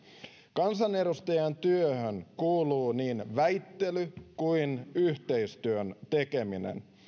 kansanedustajan työhön kuuluu niin väittely kuin yhteistyön tekeminen